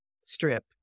strip